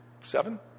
seven